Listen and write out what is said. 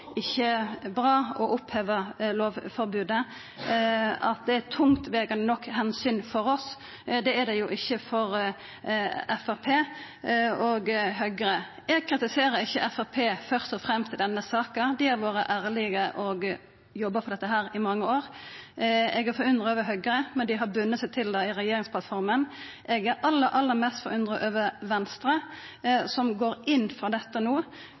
ikkje er bra å oppheva lovforbodet, og det er tungtvegande nok omsyn for oss. Det er det jo ikkje for Framstegspartiet og Høgre. Eg kritiserer ikkje først og fremst Framstegspartiet i denne saka, dei har vore ærlege og jobba for dette i mange år. Eg er forundra over at Høgre har bunde seg til dette i regjeringsplattforma. Men eg er aller, aller mest forundra over Venstre som går inn for dette no.